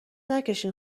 نکشین